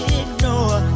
ignore